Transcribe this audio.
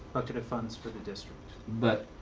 bucket of funds for the district. but,